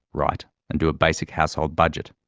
write and do a basic household budget.